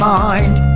mind